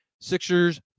Sixers